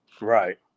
Right